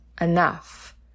enough